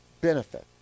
benefit